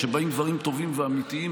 כשבאים דברים טובים ואמיתיים,